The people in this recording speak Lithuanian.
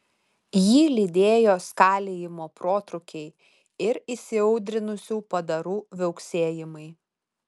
jį lydėjo skalijimo protrūkiai ir įsiaudrinusių padarų viauksėjimai